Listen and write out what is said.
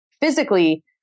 physically